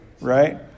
right